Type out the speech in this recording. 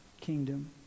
kingdom